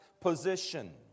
position